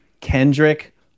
Kendrick